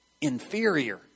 inferior